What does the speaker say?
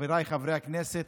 חבריי חברי הכנסת,